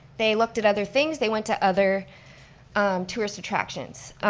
they looked at other things, they went to other tourist attractions.